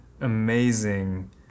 amazing